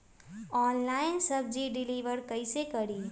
Online सब्जी deliver कैसे करें?